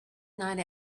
night